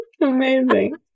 Amazing